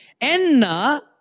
enna